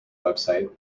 website